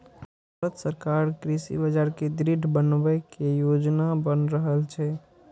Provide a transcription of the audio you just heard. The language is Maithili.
भांरत सरकार कृषि बाजार कें दृढ़ बनबै के योजना बना रहल छै